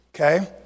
okay